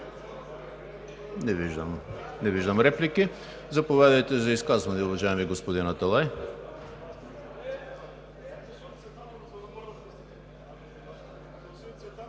Не виждам. Заповядайте, за изказване, уважаеми господин Аталай.